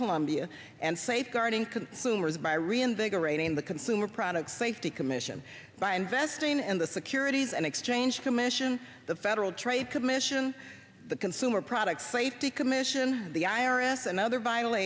columbia and safeguarding consumers by reinvigorating the consumer product safety commission by investing in the securities and exchange commission the federal trade commission the consumer product safety commission the i r s and other vi